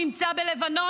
נמצא בלבנון.